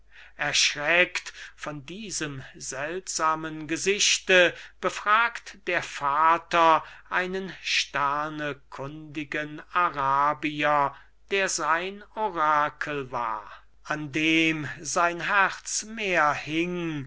erschreckt von diesem seltsamen gesichte befragt der vater einen sternekundigen arabier der sein orakel war an dem sein herz mehr hing